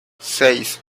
seis